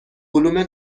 علوم